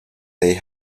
they